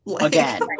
again